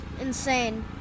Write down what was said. insane